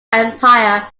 empire